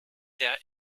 der